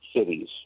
cities